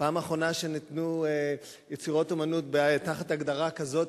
פעם אחרונה שניתנו יצירות אמנות תחת הגדרה כזאת,